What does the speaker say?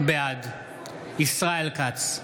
בעד ישראל כץ,